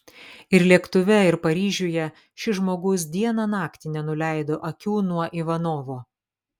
ir lėktuve ir paryžiuje šis žmogus dieną naktį nenuleido akių nuo ivanovo